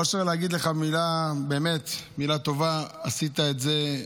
אושר, להגיד לך מילה טובה, עשית את זה.